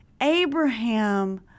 Abraham